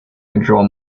withdraw